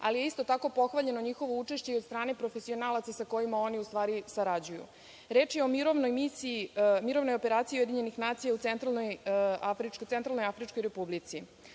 ali je isto tako pohvaljeno njihovo učešće i od strane profesionalaca sa kojima oni sarađuju. Reč je o mirovnoj operaciji UN u Centralnoafričkoj Republici.